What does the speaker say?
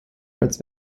als